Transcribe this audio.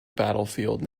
battlefield